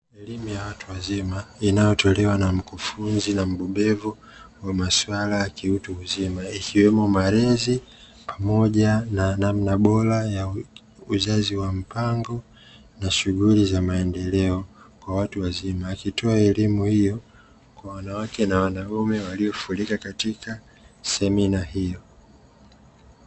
Elimu ya watu wazima inayotolewa na mkufunzi na mbobezi wa masuala ya kiutu uzima, ikiwemo malezi pamoja na namna bora ya uzazi wa mpango na shughuli za maendeleo kwa watu wazima, akitoa elimu hiyo kwa wanawake na wanaume waliofurika katika semina hiyo.